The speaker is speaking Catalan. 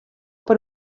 per